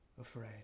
afraid